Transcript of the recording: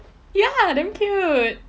ya damn cute